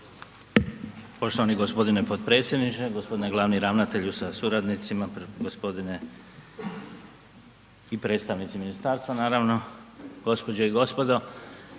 Poštovani g. potpredsjedniče, g. glavni ravnatelju sa suradnicima, gospodine i predstavnici ministarstva naravno, gospođe i gospodo,